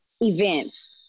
events